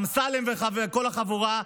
אמסלם וכל החבורה,